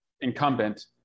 incumbent